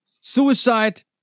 Suicide